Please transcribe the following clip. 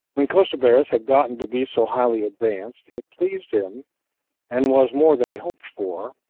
when costobarus had gotten to be so highly advanced, it pleased him and was more than he hoped for,